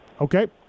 Okay